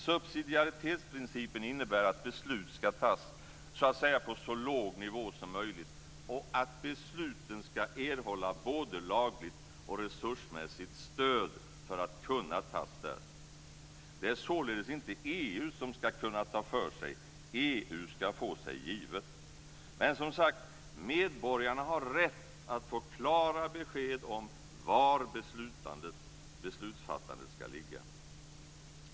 Subsidiaritetsprincipen innebär att beslut ska fattas så att säga på så låg nivå som möjligt och att besluten ska erhålla både lagligt och resursmässigt stöd för att kunna fattas där. Det är således inte EU som ska kunna ta för sig. EU ska få sig givet. Men, som sagt, medborgarna har rätt att få klara besked om var beslutsfattandet ska ligga.